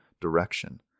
direction